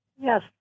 Yes